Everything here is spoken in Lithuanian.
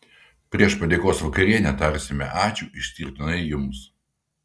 prieš padėkos vakarienę tarsime ačiū išskirtinai jums